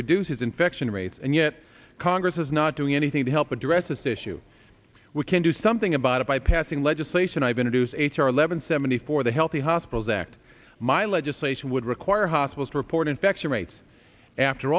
reduce his infection rates and yet congress is not doing anything to help address this issue we can do something about it by passing legislation i've been to do so h r eleven seventy four the healthy hospitals act my legislation would require hospitals report infection rates after